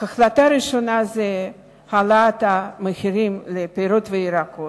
ההחלטה הראשונה היא העלאת מחירי הפירות והירקות,